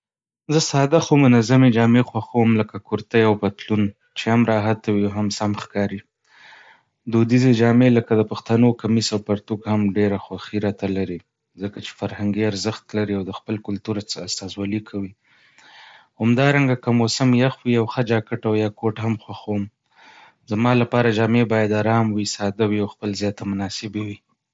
زه ساده، خو منظمې جامې خوښوم لکه کورتۍ او پتلون، چې هم راحته وي او هم سم ښکاري. دودیزې جامې لکه د پښتنو کمیس او پرتوګ هم ډېره خوښي راته لري، ځکه چې فرهنګي ارزښت لري او د خپل کلتور استازولي کوي. همدارنګه، که موسم یخ وي، یو ښه جاکټ یا کوټ هم خوښوم. زما لپاره جامې باید آرام وي، ساده وي، او خپل ځای ته مناسبې وي.